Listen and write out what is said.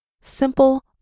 simple